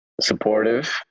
Supportive